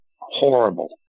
horrible